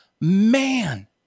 man